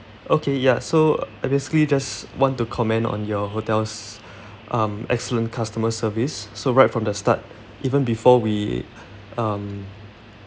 okay ya so I basically just want to comment on your hotel's um excellent customer service so right from the start even before we um